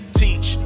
teach